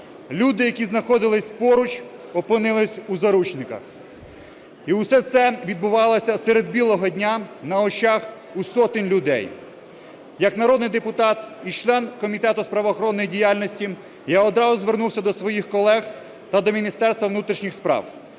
Люди, які знаходились поруч, опинились у заручниках. І все це відбувалося серед білого дня на очах у сотень людей. Як народний депутат і член Комітету з правоохоронної діяльності я одразу звернувся до своїх колег та до Міністерства внутрішніх справ.